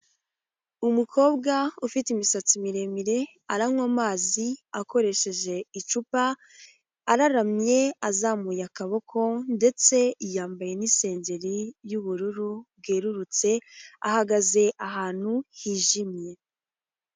Umukobwa ufite imisatsi miremire, aranywa amazi akoresheje icupa, araramye azamuye akaboko ndetse yambaye n'isenzeri y'ubururu bwerurutse, ahagaze ahantu hijimye.